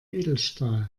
edelstahl